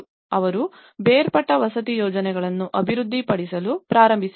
ಅವರು ಬೇರ್ಪಟ್ಟ ವಸತಿ ಯೋಜನೆಗಳನ್ನು ಅಭಿವೃದ್ಧಿಪಡಿಸಲು ಪ್ರಾರಂಭಿಸಿದ್ದಾರೆ